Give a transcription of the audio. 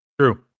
true